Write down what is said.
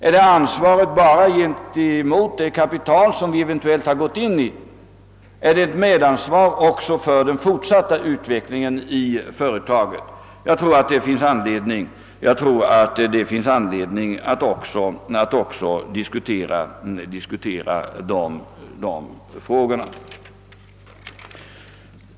är det ansvåret bara gentemot det kapital som vi eventuellt gått in med, eller är det också ett medansvar för den fortsatta utvecklingen av företaget? Jag tror att det finns anledning att diskutera även de frågorna.